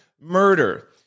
murder